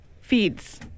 feeds